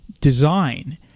design